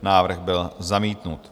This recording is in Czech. Návrh byl zamítnut.